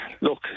Look